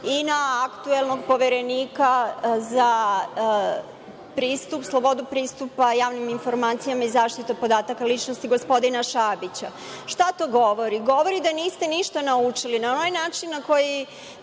i na aktuelnog Poverenika za slobodu pristupa javnim informacijama i zaštitu podataka ličnosti, gospodina Šabića. Šta to govori? Govori da niste ništa naučili. Na onaj način na koji